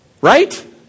Right